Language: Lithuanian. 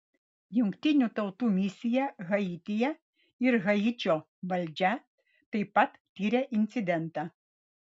jungtinių tautų misija haityje ir haičio valdžia taip pat tiria incidentą